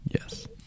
Yes